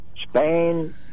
Spain